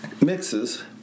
mixes